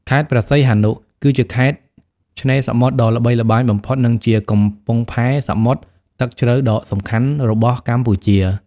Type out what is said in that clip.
ខេត្តព្រះសីហនុ គឺជាខេត្តឆ្នេរសមុទ្រដ៏ល្បីល្បាញបំផុត និងជា កំពង់ផែសមុទ្រទឹកជ្រៅ ដ៏សំខាន់របស់កម្ពុជា។